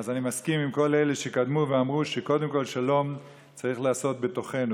אני מסכים עם כל אלה שקדמו ואמרו שקודם כול שלום צריך לעשות בתוכנו.